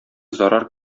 зарар